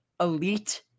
elite